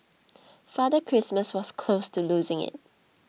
father Christmas was close to losing it